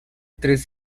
tres